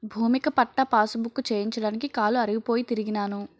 భూమిక పట్టా పాసుబుక్కు చేయించడానికి కాలు అరిగిపోయి తిరిగినాను